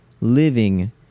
living